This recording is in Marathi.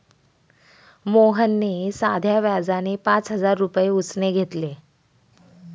मोहनने साध्या व्याजाने पाच हजार रुपये उसने घेतले